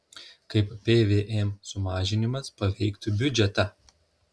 kaip pvm sumažinimas paveiktų biudžetą